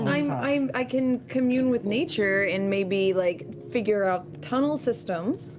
i um i can commune with nature and maybe like figure out the tunnel system,